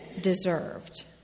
deserved